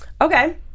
Okay